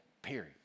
Period